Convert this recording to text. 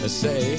say